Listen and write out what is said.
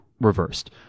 reversed